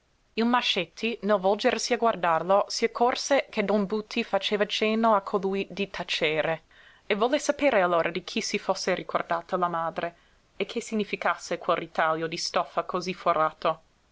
il mascetti nel volgersi a guardarlo si accorse che don buti faceva cenno a colui di tacere e volle sapere allora di chi si fosse ricordata la madre e che significasse quel ritaglio di stoffa cosí forato